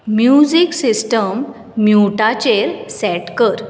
music system म्युटाचेर set कर